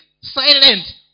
silent